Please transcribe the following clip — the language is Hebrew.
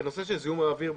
בנושא של זיהום האוויר,